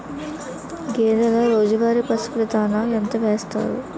గేదెల రోజువారి పశువు దాణాఎంత వేస్తారు?